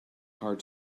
hard